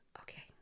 Okay